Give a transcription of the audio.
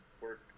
work